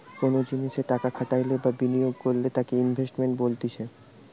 কোনো জিনিসে টাকা খাটাইলে বা বিনিয়োগ করলে তাকে ইনভেস্টমেন্ট বলতিছে